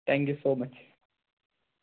thank you so much